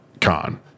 con